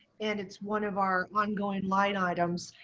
and it's one of our ongoing line items.